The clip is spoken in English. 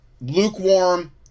lukewarm